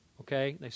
okay